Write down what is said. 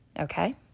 Okay